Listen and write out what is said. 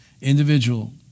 individual